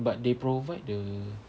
but they provide the